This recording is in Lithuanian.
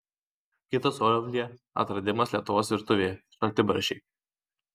kitas olivjė atradimas lietuvos virtuvėje šaltibarščiai